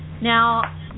Now